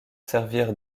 servir